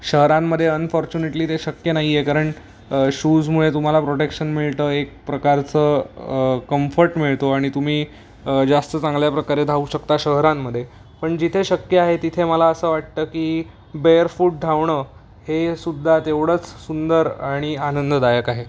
शहरांमध्ये अनफॉर्च्युनेटली ते शक्य नाही आहे कारण शूजमुळे तुम्हाला प्रोटेक्शन मिळतं एक प्रकारचं कम्फर्ट मिळतो आणि तुम्ही जास्त चांगल्या प्रकारे धावू शकता शहरांमध्ये पण जिथे शक्य आहे तिथे मला असं वाटतं की बेअर फूट धावणं हे सुद्धा तेवढंच सुंदर आणि आनंददायक आहे